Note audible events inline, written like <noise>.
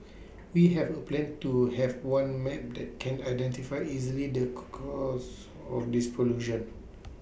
we have A plan to have one map that can identify easily the <unintelligible> course of this pollution